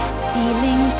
stealing